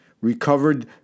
recovered